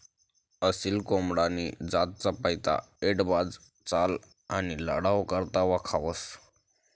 असील कोंबडानी जात चपयता, ऐटबाज चाल आणि लढाऊ करता वयखावंस